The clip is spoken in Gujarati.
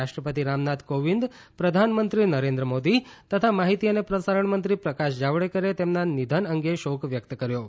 રાષ્ટ્રપતિ રામનાથ કોવિંદ પ્રધાનમંત્રી નરેન્દ્ર મોદી તથા માહિતી અને પ્રસારણમંત્રી પ્રકાશ જાવડેકરે તેમના નિધન અંગે શોક વ્યક્ત કર્યો છે